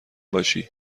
باشی